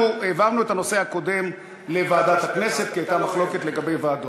אנחנו העברנו את הנושא הקודם לוועדת הכנסת כי הייתה מחלוקת לגבי ועדות.